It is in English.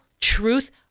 truth